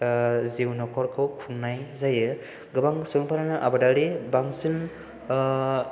जिउ न'खरखौ खुंनाय जायो गोबां सुबुंफोरानो आबादारि बांसिन